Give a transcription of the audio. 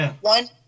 one